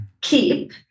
keep